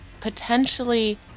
potentially